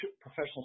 professional